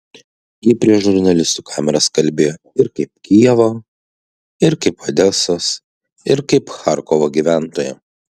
ji prieš žurnalistų kameras kalbėjo ir kaip kijevo ir kaip odesos ir kaip charkovo gyventoja